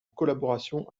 collaboration